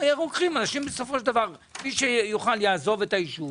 ואז מי שיוכל יעזוב את הישוב